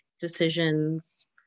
decisions